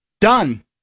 Done